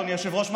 אדוני היושב-ראש,